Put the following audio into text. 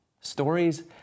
Stories